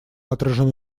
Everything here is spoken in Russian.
отражены